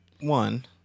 One